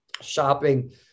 shopping